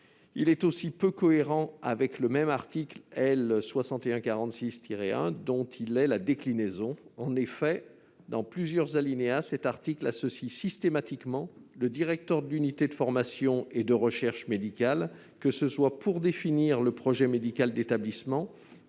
Il est aussi peu cohérent avec le même article L. 6146-1 du code de la santé publique, dont il est la déclinaison. En effet, dans plusieurs alinéas, cet article associe systématiquement le directeur de l'unité de formation et de recherche médicale, que ce soit pour définir le projet médical d'établissement,